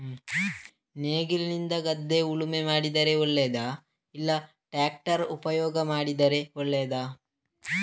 ನೇಗಿಲಿನಿಂದ ಗದ್ದೆ ಉಳುಮೆ ಮಾಡಿದರೆ ಒಳ್ಳೆಯದಾ ಇಲ್ಲ ಟ್ರ್ಯಾಕ್ಟರ್ ಉಪಯೋಗ ಮಾಡಿದರೆ ಒಳ್ಳೆಯದಾ?